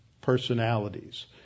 personalities